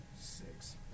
six